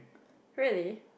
really